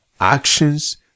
Actions